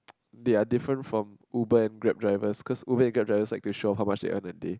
they're different from Uber and Grab drivers cause Uber and Grab driver are said to show how much they earn in a day